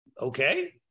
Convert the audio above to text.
Okay